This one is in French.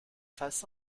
face